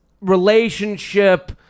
relationship